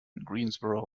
greensboro